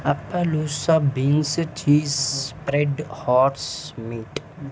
appaloosa beans cheese spread hearts meet